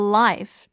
life